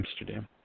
Amsterdam